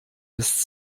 des